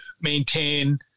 maintain